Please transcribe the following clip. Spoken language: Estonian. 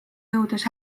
jõudes